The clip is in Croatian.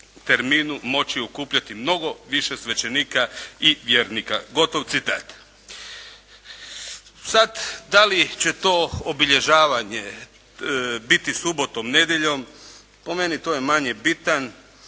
mogli okupljati mnogo više svećenika i vjernika. Tu smo